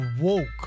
woke